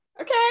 okay